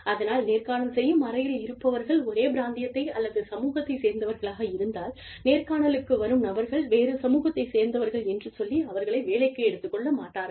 அதனால் நேர்காணல் செய்யும் அறையில் இருப்பவர்கள் ஒரே பிராந்தியத்தை அல்லது சமூகத்தைச் சேர்ந்தவர்களாக இருந்தால் நேர்காணலுக்கு வரும் நபர்கள் வேறு சமூகத்தைச் சேர்ந்தவர்கள் என்று சொல்லி அவர்களை வேலைக்கு எடுத்துக் கொள்ள மாட்டார்கள்